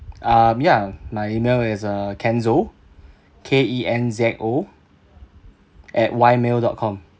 um ya my email is uh kenzo K E N Z O at Y mail dot com